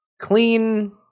clean